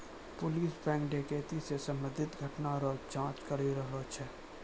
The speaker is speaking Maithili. पुलिस बैंक डकैती से संबंधित घटना रो जांच करी रहलो छै